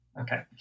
Okay